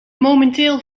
momenteel